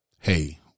Hey